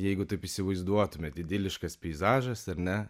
jeigu taip įsivaizduotumėt idiliškas peizažas ar ne